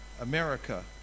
America